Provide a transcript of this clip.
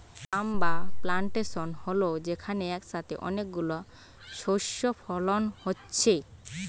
farm বা plantation হল যেখানে একসাথে অনেক গুলো শস্য ফলন হচ্ছে